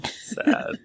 sad